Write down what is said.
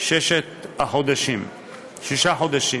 שישה חודשים.